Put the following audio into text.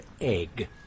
Egg